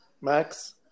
Max